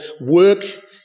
work